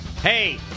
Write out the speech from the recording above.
Hey